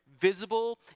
visible